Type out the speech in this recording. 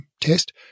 test